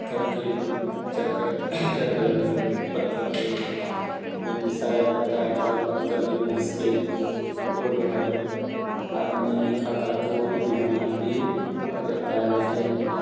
पत्थर के चकट चाकर में पत्थर पर में पिसाया जाता है तो वो तो वो पत्थर भी पीस के वो जो है आदमी यही खाता है तो वो भी बीमार ही पड़ जाता है लेकिन